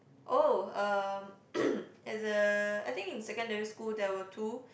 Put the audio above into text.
oh um there's a I think in secondary school there were two